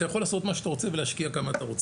אתה יכול לעשות מה שאתה רוצה ולהשקיע כמה שאתה רוצה.